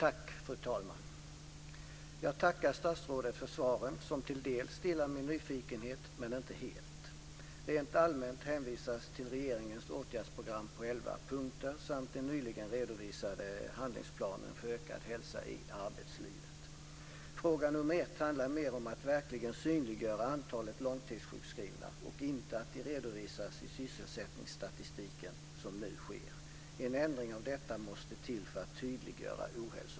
Fru talman! Jag tackar statsrådet för svaren som delvis stillar min nyfikenhet men inte helt. Rent allmänt hänvisas till regeringens åtgärdsprogram i elva punkter samt den nyligen redovisade handlingsplanen för ökad hälsa i arbetslivet. Fråga nummer ett handlar mer om att verkligen synliggöra antalet långtidssjukskrivna och inte att de redovisas i sysselsättningsstatistiken som nu sker. En ändring av detta måste till för att tydliggöra ohälsoproblemen.